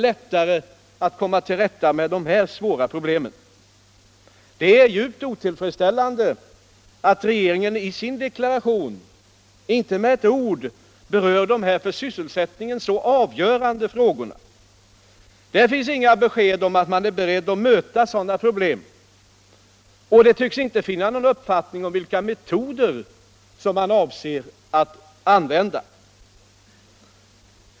Det är djupt otillfredsställande att regeringen i sin deklaration inte med ett ord berör de här för sysselsättningen så avgörande frågorna. Där finns inga besked om att man är beredd att möta sådana problem, och det tycks inte finnas någon uppfattning om vilka metoder som man avser att använda.